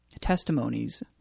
testimonies